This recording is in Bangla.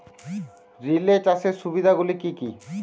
রিলে চাষের সুবিধা গুলি কি কি?